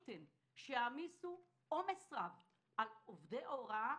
לא ניתן שיעמיסו עומס רב על עובדי הוראה,